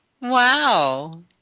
Wow